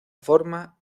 forma